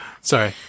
sorry